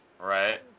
Right